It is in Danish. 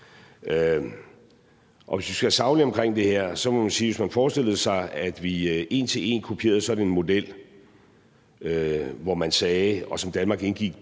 Hvis vi skal være saglige omkring det her, må man sige, at hvis man forestillede sig, at vi en til en kopierede sådan en model, som Danmark indgik